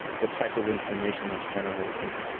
the type of inflammation that's generated,